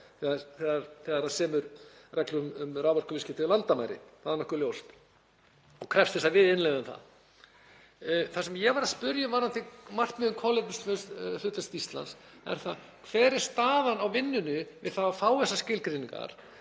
þegar það semur reglur um raforkuviðskipti yfir landamæri, það er nokkuð ljóst, og krefst þess að við innleiðum þær. Það sem ég var að spyrja um varðandi markmiðið um kolefnishlutlaust Íslands er: Hver er staðan á vinnunni við það að fá þessar skilgreiningar?